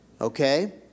Okay